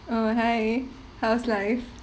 oh hi how's life